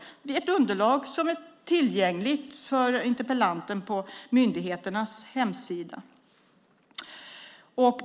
Det är ett underlag som är tillgängligt för interpellanten på myndigheternas hemsidor.